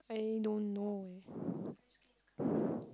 I don't know eh